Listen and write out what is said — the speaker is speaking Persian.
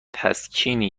تسکینی